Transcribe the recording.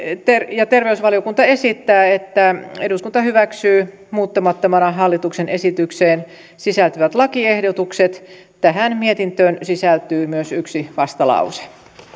ja terveysvaliokunta esittää että eduskunta hyväksyy muuttamattomana hallituksen esitykseen sisältyvät lakiehdotukset tähän mietintöön sisältyy myös yksi vastalause